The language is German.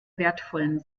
wertvollen